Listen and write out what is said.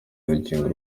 urukingo